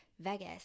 Vegas